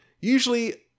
usually